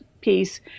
piece